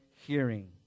hearing